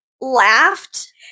laughed